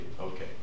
Okay